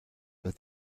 but